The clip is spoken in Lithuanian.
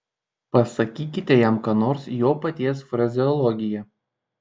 pasakykite jam ką nors jo paties frazeologija